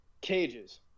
Cages